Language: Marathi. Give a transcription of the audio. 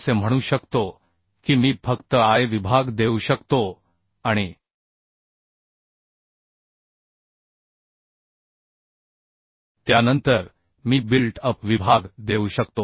असे म्हणू शकतो की मी फक्त I विभाग देऊ शकतो आणि त्यानंतर मी बिल्ट अप विभाग देऊ शकतो